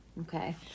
Okay